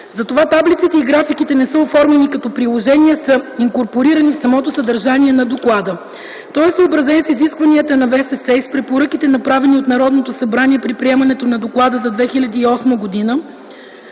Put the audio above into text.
Затова таблиците и графиките не са оформени като приложения, а са инкорпорирани в самото съдържание на доклада. Той е съобразен с изискванията на ВСС и с препоръките, направени от Народното събрание, при приемането на доклада за 2008 г.